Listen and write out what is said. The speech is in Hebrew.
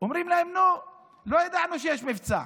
אומרים להם: נו, לא ידענו שיש מבצע,